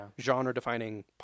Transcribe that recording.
genre-defining